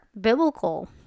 biblical